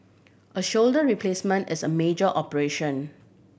a shoulder replacement is a major operation